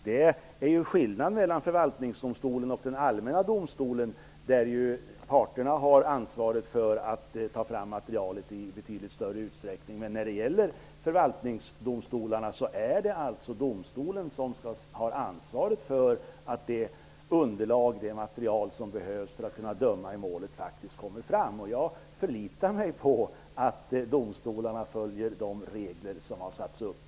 Det är ju skillnad mellan förvaltningsdomstolen och den allmänna domstolen, där ju parterna har ansvaret för att ta fram materialet i betydligt större utsträckning. Men när det gäller förvaltningsdomstolen är det alltså domstolen som har ansvaret för att det underlag och det material som behövs för att kunna döma i målet faktiskt kommer fram. Jag förlitar mig på att domstolarna följer de regler som har satts upp.